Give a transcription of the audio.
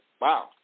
wow